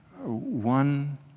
One